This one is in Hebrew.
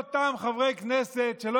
מיהם אותם חברי כנסת מהליכוד,